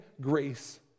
grace